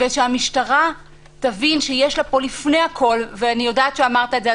ושהמשטרה תבין שיש לה פה לפני הכול ואני יודעת שאמרת את זה,